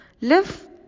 Live